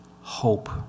hope